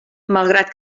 malgrat